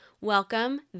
welcome